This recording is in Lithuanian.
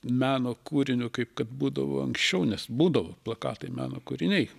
meno kūriniu kaip kad būdavo anksčiau nes būdavo plakatai meno kūriniai